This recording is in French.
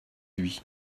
lui